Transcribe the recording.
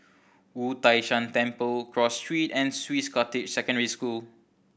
Wu Tai Shan Temple Cross Street and Swiss Cottage Secondary School